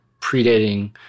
predating